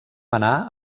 anar